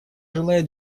желает